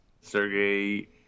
Sergey